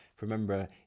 remember